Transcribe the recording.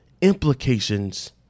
implications